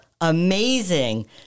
amazing